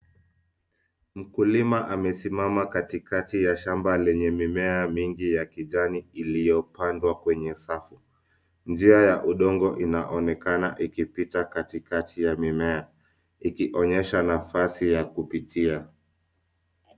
Mkulima amesimama katikati ya shamba lenye mimea mingi ya kijani iliyopandwa kwenye safu. Njia ya udongo inaonekana ikipita katikati ya mimea. Ikionyesha nafasi ya kupitia.